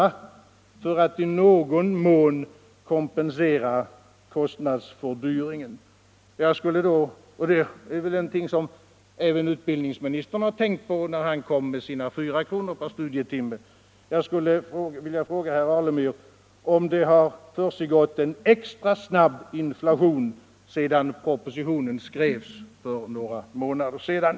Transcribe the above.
för att i någon mån kompensera kostnadsfördyringen. Det är väl någonting som även utbildningsministern tänkte på när han föreslog 4 kr. per studietimme. Jag skulle vilja fråga herr Alemyr om det har försiggått en extra snabb inflation sedan propositionen skrevs för några månader sedan.